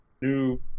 new